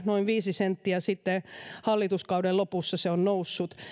noin viisi senttiä sitten hallituskauden lopussa se on noussut